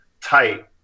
tight